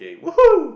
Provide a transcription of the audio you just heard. !woohoo!